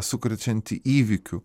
sukrečianti įvykiu